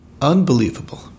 unbelievable